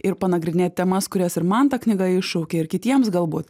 ir panagrinėt temas kurias ir man ta knyga iššaukia ir kitiems galbūt